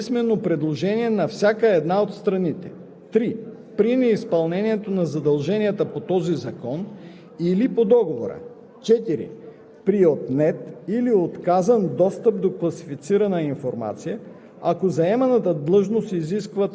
1. по взаимно съгласие на страните, изразено писмено; 2. след приключването на първия или на втория етап по писмено предложение на всяка една от страните; 3. при неизпълнение на задължение по този закон